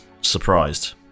surprised